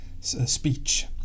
speech